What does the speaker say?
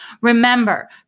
Remember